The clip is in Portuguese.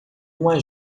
uma